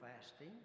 fasting